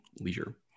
leisure